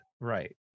right